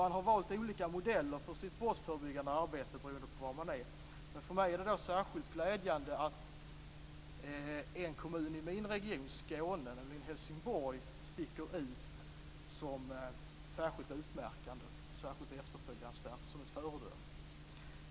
Man har valt olika modeller för sitt brottsförebyggande arbete beroende på var man är. För mig är det glädjande att en kommun i min region Skåne, nämligen Helsingborg, sticker ut som särskilt utmärkande, som ett särskilt efterföljansvärt föredöme.